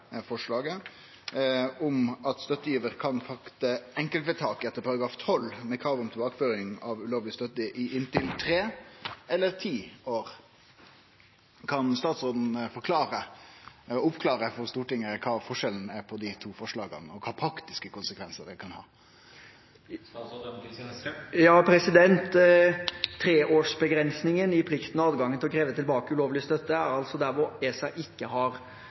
om at støttegivar kan fatte enkeltvedtak etter § 12 med krav om tilbakeføring av ulovleg støtte i inntil tre eller ti år. Kan statsråden oppklare for Stortinget kva forskjellen er på dei to forslaga, og kva praktiske konsekvensar det kan ha? Treårsbegrensningen i plikten og adgangen til å kreve tilbake ulovlig støtte er der hvor ESA ikke har